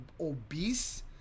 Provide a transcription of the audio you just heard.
obese